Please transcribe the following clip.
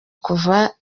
kuva